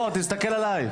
תסתכל עליי.